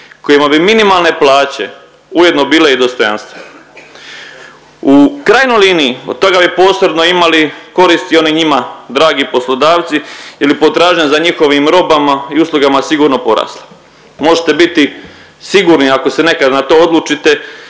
kojima bi minimalne plaće ujedno bile i dostojanstvene. U krajnjoj liniji od toga bi posredno imali koristi oni njima dragi poslodavci jer bi potražnja za njihovim robama i uslugama sigurno porasla. Možete biti sigurni ako se nekad na to odlučite,